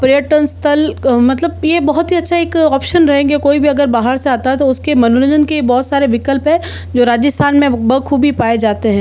पर्यटन स्थल मतलब ये बहुत ही अच्छा एक ऑप्शन रहेंगे कोई भी अगर बाहर से आता है तो उसके मनोरंजन के बहुत सारे विकल्प है जो राजस्थान में बख़ूबी पाए जाते हैं